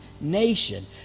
nation